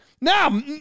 Now